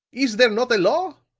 is there not a law?